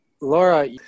Laura